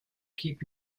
keep